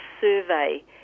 survey